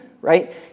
right